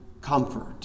comfort